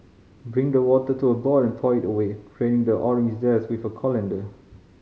bring the water to a boil and pour it away draining the orange zest with a colander